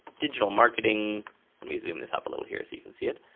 digital marketing. let me zoom this up a little here so you can see it.